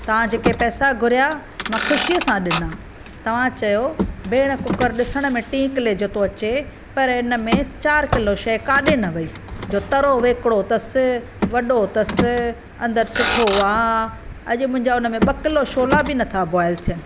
तव्हां जेके पेसा घुरिया मां ख़ुशीअ सां ॾिना तव्हां चओ भेण कुकर ॾिसण में टी किले जो थो अचे पर हिनमें चारि किलो शइ काॾे न वई जो तरो वेकिड़ो अथस वॾो अथस अंदरि सुठो आहे अॼु मुंहिंजा हुनमें ॿ किलो छोला बि न था बॉयल थियन